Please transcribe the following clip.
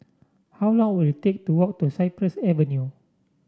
how long will it take to walk to Cypress Avenue